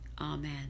amen